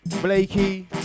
Blakey